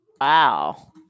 Wow